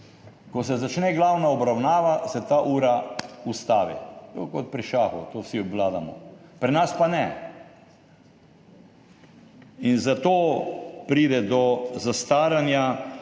Ko se začne glavna obravnava, se ta ura ustavi. Tako kot pri šahu, to vsi obvladamo. Pri nas pa ne. In zato pride do zastaranja